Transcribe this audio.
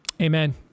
amen